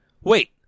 Wait